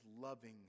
loving